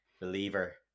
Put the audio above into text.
believer